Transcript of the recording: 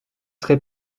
serez